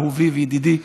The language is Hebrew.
אהובי וידידי,